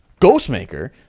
ghostmaker